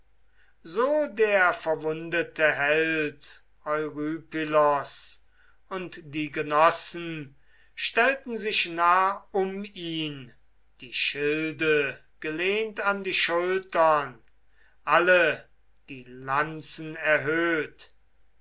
so der verwundete held eurypylos und die genossen stellten sich nah um ihn die schilde gelehnt an die schultern alle die lanzen erhöht